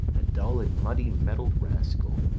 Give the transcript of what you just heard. a dull and muddy-mettled rascal,